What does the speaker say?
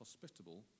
hospitable